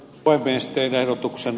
pahin este verotuksen